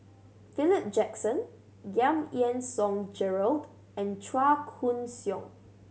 Philip Jackson Giam Yean Song Gerald and Chua Koon Siong